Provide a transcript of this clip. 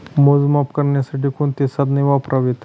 मोजमाप करण्यासाठी कोणती साधने वापरावीत?